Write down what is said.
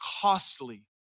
costly